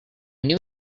knew